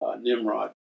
Nimrod